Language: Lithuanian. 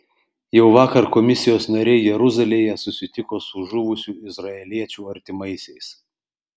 jau vakar komisijos nariai jeruzalėje susitiko su žuvusių izraeliečių artimaisiais